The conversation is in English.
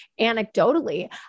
Anecdotally